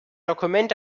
dokument